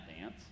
dance